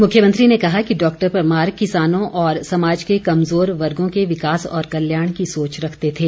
मुख्यमंत्री ने कहा कि डॉक्टर परमार किसानों और समाज के कमजोर वर्गो के विकास और कल्याण की सोच रखते थे